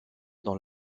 dans